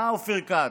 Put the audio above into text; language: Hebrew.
הא, אופיר כץ?